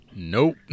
Nope